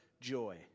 joy